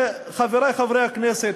חברי חברי הכנסת,